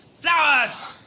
Flowers